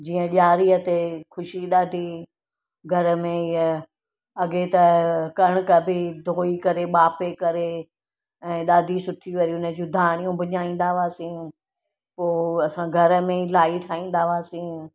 जीअं ॾियारीअ ते ख़ुशी ॾाढी घर में इहा अॻे त कणिक बि धोई करे बापे करे ऐं ॾाढी सुठियूं वरी हुन जूं धाणियूं भुञाईंदा हुआसीं पोइ असां घर में ई लाइ ठाहींदा हुआसीं